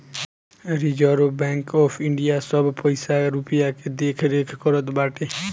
reserve bank of India bank सब पईसा रूपया के देखरेख करत बाटे